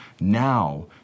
now